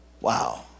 Wow